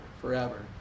forever